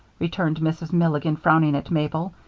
returned mrs. milligan, frowning at mabel.